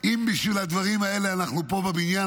שאם בשביל הדברים הללו אנחנו פה בבניין,